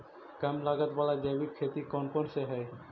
कम लागत वाला जैविक खेती कौन कौन से हईय्य?